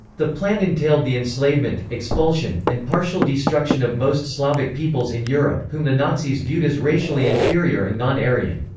the plan entailed the enslavement, expulsion, and partial destruction of most slavic peoples in europe, whom the nazis viewed as racially inferior and non-aryan.